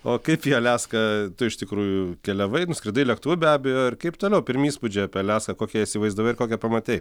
o kaip į aliaską tu iš tikrųjų keliavai nuskridai lėktuvu be abejo ir kaip toliau pirmi įspūdžiai apie aliaską kokią įsivaizdavai ir kokią pamatei